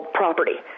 property